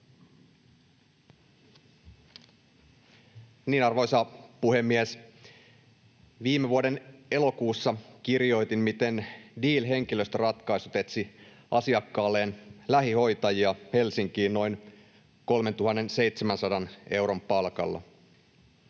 Arvoisa puhemies! Viime vuoden elokuussa kirjoitin, miten Deal Henkilöstöratkaisut etsi asiakkaalleen lähihoitajia Helsinkiin noin 3 700 euron palkalla.